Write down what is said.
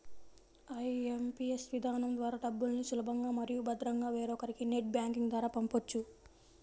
IMPS విధానం ద్వారా డబ్బుల్ని సులభంగా మరియు భద్రంగా వేరొకరికి నెట్ బ్యాంకింగ్ ద్వారా పంపొచ్చు